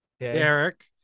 Eric